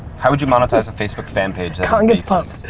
how would you monetize a facebook fan page colin gets pumped.